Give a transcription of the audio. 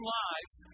lives